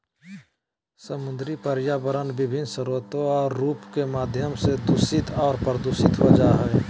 समुद्री पर्यावरण विभिन्न स्रोत और रूप के माध्यम से दूषित और प्रदूषित हो जाय हइ